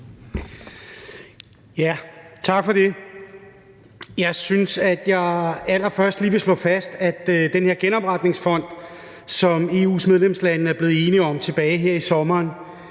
Tak for det. Jeg vil allerførst lige slå fast, at den her genopretningsfond, som EU's medlemslande blev enige om tilbage her i sommer,